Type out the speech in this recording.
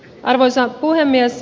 arvoisa puhemies